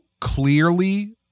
clearly